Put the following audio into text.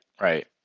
right